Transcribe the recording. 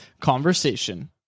Conversation